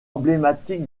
emblématique